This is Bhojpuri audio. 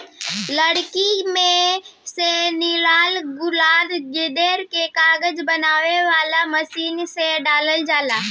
लकड़ी में से निकालल गईल गुदा के कागज बनावे वाला मशीन में डालल जाला